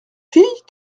fille